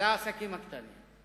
זה העסקים הקטנים.